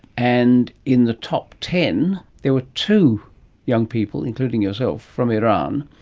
and in the top ten there were two young people, including yourself, from iran,